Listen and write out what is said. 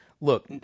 look